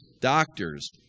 doctors